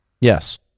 Yes